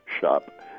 shop